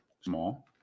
small